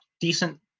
decent